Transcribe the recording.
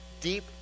deep